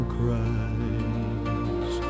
cries